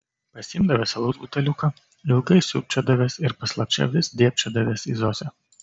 pasiimdavęs alaus buteliuką ilgai siurbčiodavęs ir paslapčia vis dėbčiodavęs į zosę